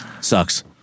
Sucks